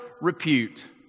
repute